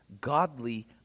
godly